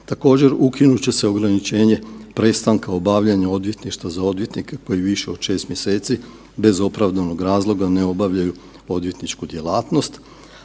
Također, ukinut će se ograničenje prestanka obavljanja odvjetništva za odvjetnike koji više od 6 mjeseci bez opravdanog razloga ne obavljaju odvjetničku djelatnost,